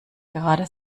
gerade